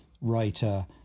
writer